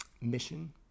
mission